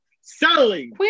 Selling